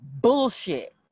bullshit